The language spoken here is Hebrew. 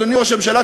אדוני ראש הממשלה,